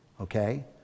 okay